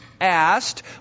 asked